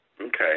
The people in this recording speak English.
Okay